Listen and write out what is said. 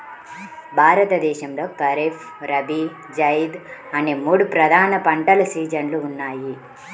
భారతదేశంలో ఖరీఫ్, రబీ, జైద్ అనే మూడు ప్రధాన పంటల సీజన్లు ఉన్నాయి